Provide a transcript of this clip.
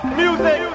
music